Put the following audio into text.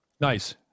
Nice